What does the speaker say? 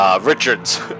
Richards